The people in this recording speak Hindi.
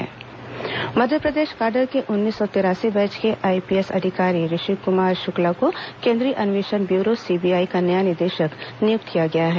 सीबीआई निदेशक मध्यप्रदेश काडर के उन्नीस सौ तिरासी बैच के आईपीएस अधिकारी ऋषिकुमार शुक्ला को केंद्रीय अन्वेषण ब्यूरो सीबीआई का नया निदेशक नियुक्त किया गया है